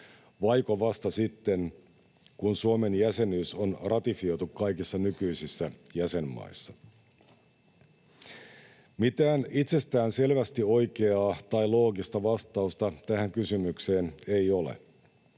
vaiko vasta sitten, kun Suomen jäsenyys on ratifioitu kaikissa nykyisissä jäsenmaissa. Mitään itsestäänselvästi oikeaa tai loogista vastausta tähän kysymykseen ei ole.